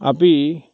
अपि